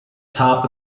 top